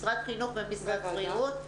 משרד החינוך ומשרד הבריאות,